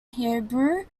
hebrew